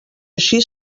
així